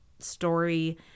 Story